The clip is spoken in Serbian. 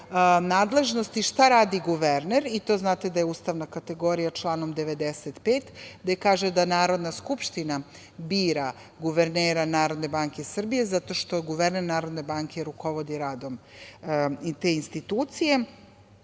nadležnosti šta radi guverner, i to znate da je ustavna kategorija članom 95, gde kaže da Narodna skupština bira guvernera Narodne banke Srbije zato što guverner Narodne banke rukovodi radom i te institucije,